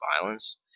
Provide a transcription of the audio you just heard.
violence